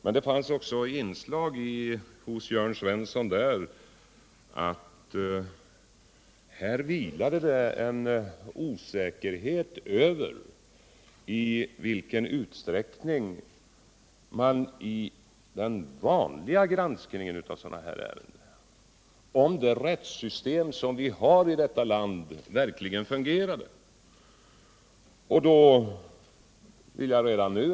Men i hans anförande fanns också inslag av osäkerhet, om det rättssystem vi har här i landet verkligen fungerar.